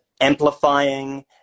amplifying